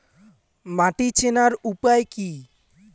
মাটি চেনার উপায় কি?